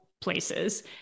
places